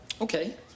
okay